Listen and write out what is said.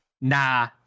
nah